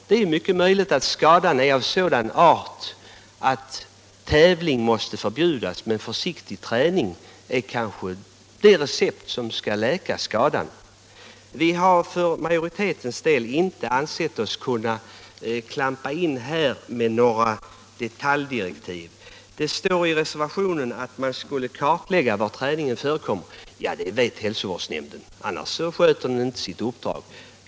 Det är ju möjligt att skadan är av sådan art att tävling måste förbjudas men att försiktig träning är vad som behövs för att skadan skall läkas. Majoriteten i utskottet har inte ansett sig kunna klampa in med några detaljdirektiv här. Det står i reservationen att det bör kartläggas var träning med täv lingshästar förekommer. Det vet emellertid hälsovårdsnämnden, annars — Nr 41 sköter den inte sitt uppdrag.